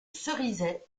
cerizay